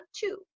two